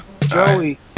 Joey